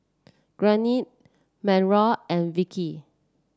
Gardne Mauro and Vickie